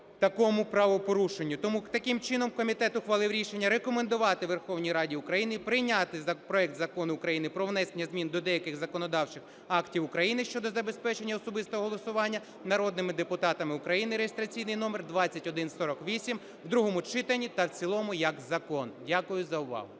такому правопорушенню. Тому, таким чином, комітет ухвалив рішення рекомендувати Верховній Раді України прийняти проект Закону України про внесення змін до деяких законодавчих актів України щодо забезпечення особистого голосування народними депутатами України (реєстраційний номер 2148) в другому читанні та в цілому як закон. Дякую за увагу.